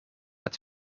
het